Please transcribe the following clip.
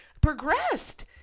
progressed